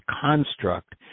construct